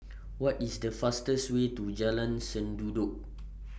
What IS The fastest Way to Jalan Sendudok